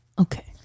Okay